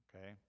okay